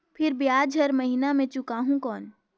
फिर ब्याज हर महीना मे चुकाहू कौन?